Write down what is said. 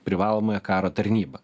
privalomąją karo tarnybą